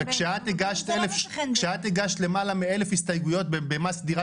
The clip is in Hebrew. וכשאת הגשת למעלה מ-1,000 הסתייגויות במס דירה